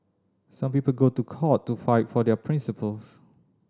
some people go to court to fight for their principles